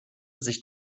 sich